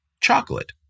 chocolate